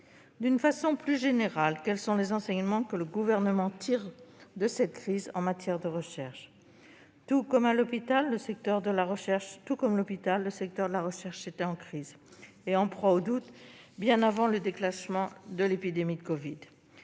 D'une façon plus générale, quels enseignements le Gouvernement tire-t-il de cette crise en matière de recherche ? Tout comme l'hôpital, le secteur de la recherche était en crise et en proie au doute bien avant le déclenchement de l'épidémie de covid.